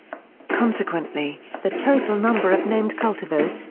consequently, the total number of named cultivars,